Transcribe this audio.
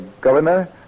Governor